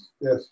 Yes